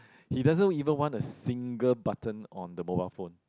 he doesn't even want a single button on the mobile phone